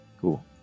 Cool